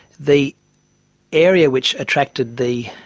the area which attracted the